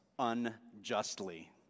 unjustly